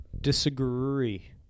disagree